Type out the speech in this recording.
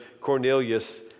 Cornelius